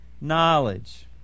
knowledge